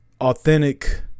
authentic